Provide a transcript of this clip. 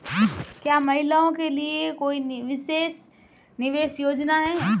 क्या महिलाओं के लिए कोई विशेष निवेश योजना है?